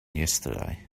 yesterday